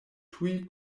tuj